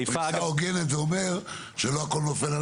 פריסה הוגנת אומרת שלא הכול נופל על